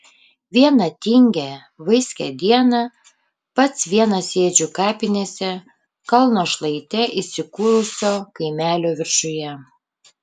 vieną tingią vaiskią dieną pats vienas sėdžiu kapinėse kalno šlaite įsikūrusio kaimelio viršuje